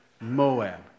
Moab